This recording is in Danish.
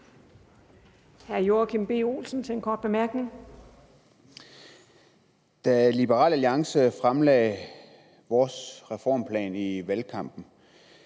Da Liberal Alliance fremlagde vores reformplaner i valgkampen,